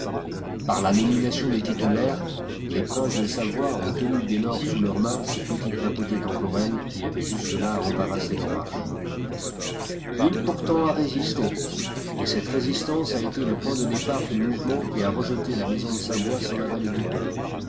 par la nomination des titulaires les princes de savoie ont tenu dès lors sous leur main ces petites papautés temporelles qui avaient jusque-là embarrassé leur marche une pourtant a résisté et cette résistance a été le point de départ du mouvement qui a rejeté la maison de savoie sur la vallée du pè